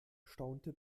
staunte